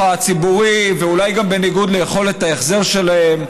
הציבורי ואולי גם בניגוד ליכולת ההחזר שלהם,